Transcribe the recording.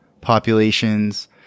populations